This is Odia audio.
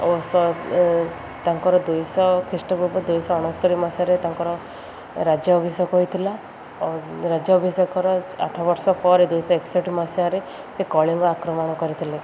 ଓ ତାଙ୍କର ଦୁଇଶହ ଖ୍ରୀଷ୍ଟ ପୂର୍ବ ଦୁଇଶହ ଅଣସ୍ତୋରି ମସିହାରେ ତାଙ୍କର ରାଜ ଅଭିିଷେକ ହୋଇଥିଲା ଓ ରାଜ ଅଭିିଷେକର ଆଠ ବର୍ଷ ପରେ ଦୁଇଶହ ଏକଷଠି ମସିହାରେ ସେ କଳିଙ୍ଗ ଆକ୍ରମଣ କରିଥିଲେ